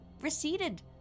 receded